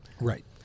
right